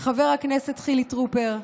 לחבר הכנסת חילי טרופר,